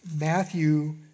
Matthew